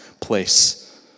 place